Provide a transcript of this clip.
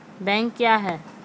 Bank क्या हैं?